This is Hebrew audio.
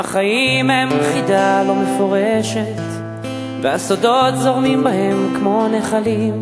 ארצות-הברית היא המדינה המסוגלת לשים קץ לאיום האיראני,